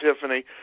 Tiffany